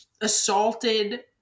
assaulted